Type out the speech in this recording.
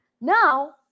Now